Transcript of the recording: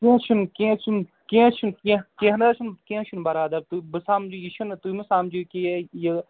کیٚنٛہہ چھُنہٕ کیٚنٛہہ چھُنہٕ کیٚنٛہہ چھُنہٕ کیٚنٛہہ کیٚنٛہہ نہَ حظ کیٚنٛہہ چھُنہٕ برادَر تُہۍ بہٕ سَمجہٕ یہِ چھَنہٕ تُہۍ مٔہ سَمجِو کہِ یہِ